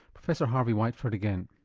professor harvey whiteford again.